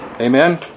Amen